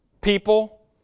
people